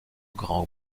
grands